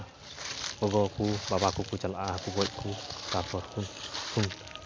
ᱜᱚᱜᱚ ᱠᱚ ᱵᱟᱵᱟ ᱠᱚᱠᱚ ᱪᱟᱞᱟᱜᱼᱟ ᱦᱟᱹᱠᱩ ᱜᱚᱡ ᱠᱚ ᱛᱟᱨᱯᱚᱨ ᱠᱚ